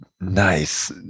Nice